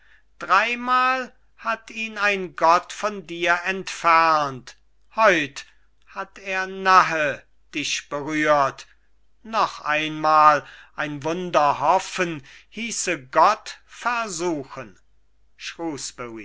dreimal hat ihn ein gott von dir entfernt heut hat er nahe dich berührt noch einmal ein wunder hoffen hieße gott versuchen